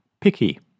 Picky